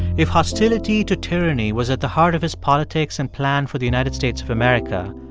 if hostility to tyranny was at the heart of his politics and plan for the united states of america,